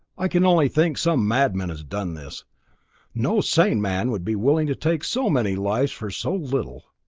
i can only think some madman has done this no sane man would be willing to take so many lives for so little.